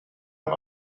out